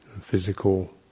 Physical